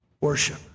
worship